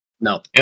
No